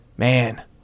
man